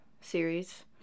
series